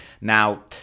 Now